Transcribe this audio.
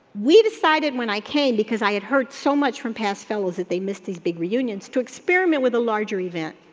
we decided when i came, because i had heard so much from past fellows that they missed these big reunions to experiment with a larger event.